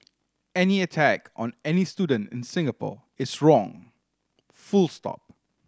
any attack on any student in Singapore is wrong full stop